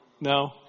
No